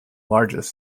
largest